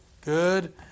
good